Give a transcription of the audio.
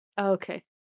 Okay